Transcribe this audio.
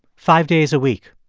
five days a week.